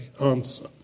answer